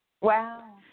Wow